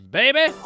baby